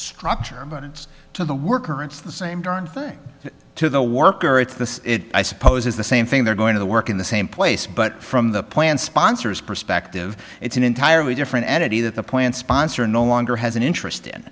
structure about its to the worker it's the same darn thing to the worker it's this i suppose is the same thing they're going to work in the same place but from the plan sponsors perspective it's an entirely different entity that the point sponsor no longer has an interest in